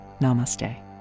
namaste